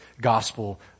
gospel